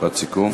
משפט סיכום.